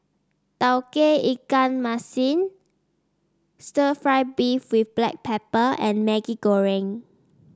Tauge Ikan Masin stir fry beef with Black Pepper and Maggi Goreng